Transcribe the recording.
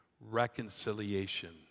reconciliation